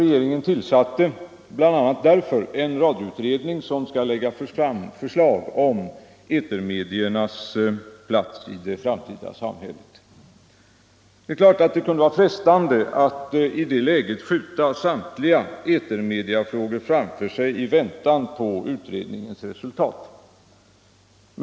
a. därför tillsatte regeringen en radioutredning, som skall lägga fram förslag om etermediernas plats i det framtida samhället. Det kunde givetvis vara frestande att i det läget skjuta framtida etermediefrågor framför sig i väntan på utredningens resultat.